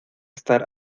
estar